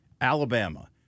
Alabama